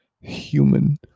human